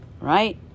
right